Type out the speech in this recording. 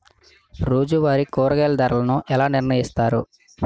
రోజువారి కూరగాయల ధరలను ఎలా నిర్ణయిస్తారు?